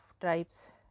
tribes